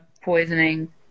poisoning